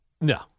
No